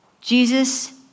Jesus